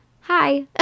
hi